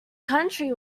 country